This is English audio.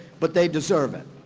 but they deserve it,